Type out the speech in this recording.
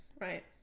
right